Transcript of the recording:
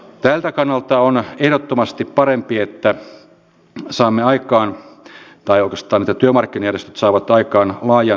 tältä kannalta on ehdottomasti sitä että liikunnan ja muun tämmöisen aktiivisuuden kautta myös saataisiin lisää terveellisyyttä